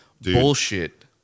bullshit